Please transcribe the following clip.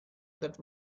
that